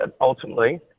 ultimately